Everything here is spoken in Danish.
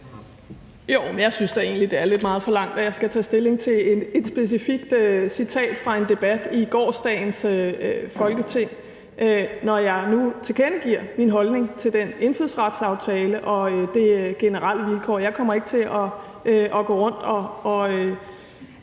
egentlig, det er lidt meget forlangt, at jeg skal tage stilling til et specifikt citat fra en debat i gårsdagens Folketing, når jeg nu tilkendegiver min holdning til den indfødsretsaftale og det generelle vilkår. Jeg kommer ikke til at gå rundt og